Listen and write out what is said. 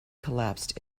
collapsed